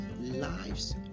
Lives